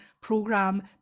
program